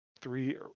three